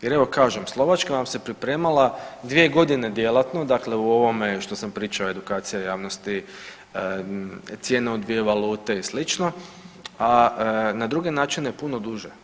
Jer evo kažem Slovačka vam se pripremala 2 godine djelatno, dakle u ovome što sam pričao edukacija javnosti, cijene u dvije valute i slično, a na druge načine puno duže.